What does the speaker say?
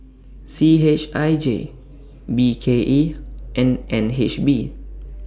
C H I J B K E and N H B